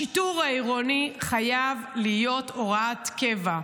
השיטור העירוני חייב להיות הוראת קבע.